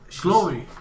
Glory